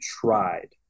tried